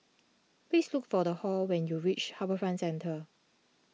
please look for Hall when you reach HarbourFront Centre